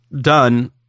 done